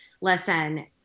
listen